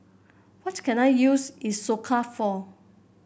what can I use Isocal for